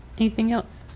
anything else.